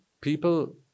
people